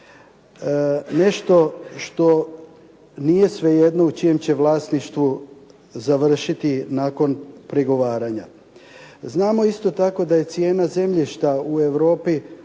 nešto što nije svejedno u čijem će vlasništvu završiti nakon pregovaranja. Znamo isto tako da je cijena zemljišta u Europi